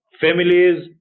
families